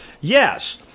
Yes